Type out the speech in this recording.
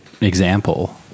example